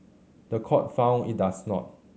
the court found it does not